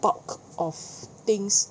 bulk of things